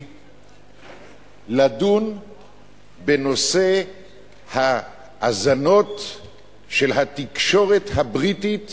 לדון בנושא האזנות של התקשורת הבריטית